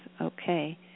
okay